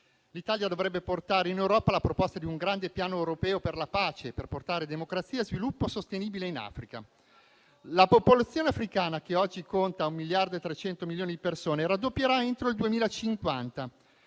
l'Italia dovrebbe portare in Europa la proposta di un grande piano europeo per la pace, per portare democrazia e sviluppo sostenibile in Africa. La popolazione africana, che oggi conta 1,3 miliardi di persone, raddoppierà entro il 2050,